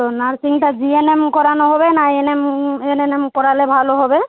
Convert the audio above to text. ও নার্সিংটা জিএনএম করানো হবে না এলএম এলএনএম করালে ভালো হবে